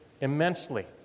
immensely